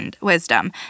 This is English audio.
wisdom